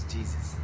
Jesus